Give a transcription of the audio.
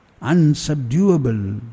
unsubduable